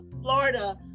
Florida